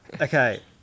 Okay